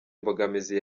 imbogamizi